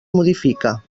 modifica